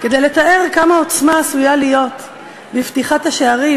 כדי לתאר כמה עוצמה עשויה להיות בפתיחת השערים